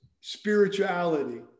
spirituality